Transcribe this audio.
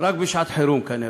רק בשעת חירום כנראה,